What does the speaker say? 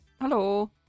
Hello